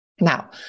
Now